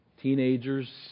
Teenagers